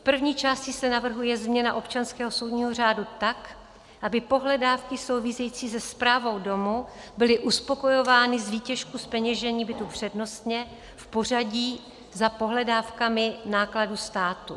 V první části se navrhuje změna občanského soudního řádu tak, aby pohledávky související se správou domu byly uspokojovány z výtěžku zpeněžení bytu přednostně, v pořadí za pohledávkami nákladů státu.